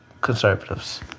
conservatives